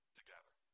together